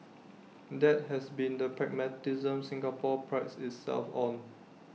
that has been the pragmatism Singapore prides itself on